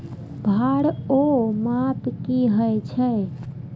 भार ओर माप की होय छै?